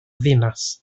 ddinas